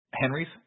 Henry's